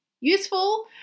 useful